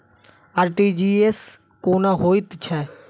RTGS कोना होइत छै?